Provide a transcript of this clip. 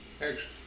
Excellent